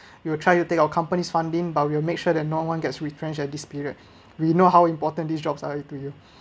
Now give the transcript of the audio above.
we will try to take our companies funding but we will make sure that no one gets retrenched at this period we know how important these jobs are mean to you